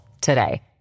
today